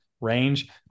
range